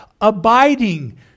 Abiding